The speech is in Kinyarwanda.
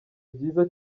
byiza